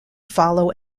follow